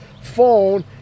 phone